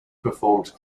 performed